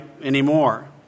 anymore